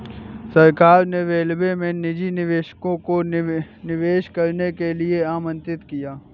सरकार ने रेलवे में निजी निवेशकों को निवेश करने के लिए आमंत्रित किया